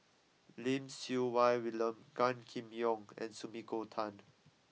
Lim Siew Wai William Gan Kim Yong and Sumiko Tan